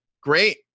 great